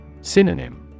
Synonym